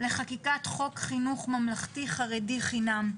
לחקיקת חוק חינוך ממלכתי חרדי חינם,